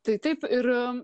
tai taip ir